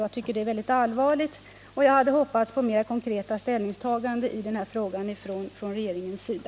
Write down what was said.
Jag tycker att detta är mycket allvarligt, och jag hade hoppats på ett mer konkret ställningstagande i denna fråga från regeringens sida.